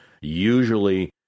usually